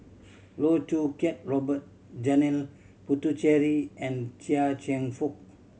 Loh Choo Kiat Robert Janil Puthucheary and Chia Cheong Fook